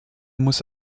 muss